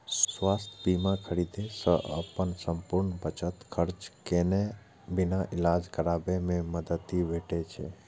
स्वास्थ्य बीमा खरीदै सं अपन संपूर्ण बचत खर्च केने बिना इलाज कराबै मे मदति भेटै छै